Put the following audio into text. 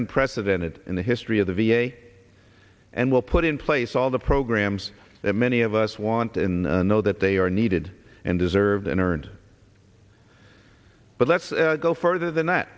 unprecedented in the history of the v a and will put in place all the programs that many of us want in know that they are needed and deserved and earned but let's go further than that